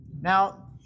Now